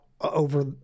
over